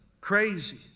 crazy